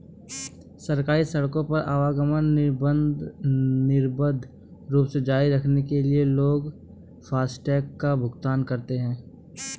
सरकारी सड़कों पर आवागमन निर्बाध रूप से जारी रखने के लिए लोग फास्टैग कर का भुगतान करते हैं